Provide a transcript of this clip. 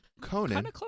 Conan